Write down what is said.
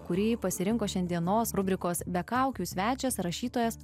kūrėjai pasirinko šiandienos rubrikos be kaukių svečias rašytojas